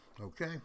Okay